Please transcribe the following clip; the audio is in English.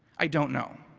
i don't know.